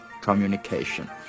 communication